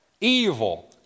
Evil